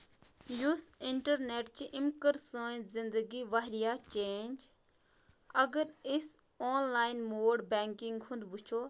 یُس اِنٹرنٮ۪ٹ چھُ أمۍ کٔر سٲنۍ زندگی واریاہ چینٛج اَگر أسۍ آن لاین موڈ بٮ۪نٛکِنٛگ ہُنٛد وٕچھو